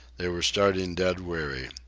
they were starting dead weary.